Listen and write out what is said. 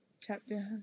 Chapter